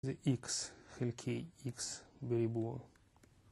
זה איקס, חלקי איקס בריבוע.